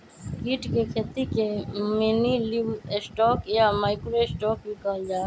कीट के खेती के मिनीलिवस्टॉक या माइक्रो स्टॉक भी कहल जाहई